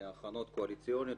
הכנות קואליציוניות,